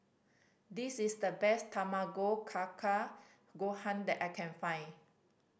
this is the best Tamago Kake Gohan that I can find